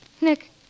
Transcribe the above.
Nick